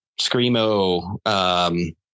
Screamo